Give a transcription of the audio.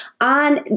on